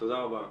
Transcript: תודה רבה.